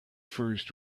first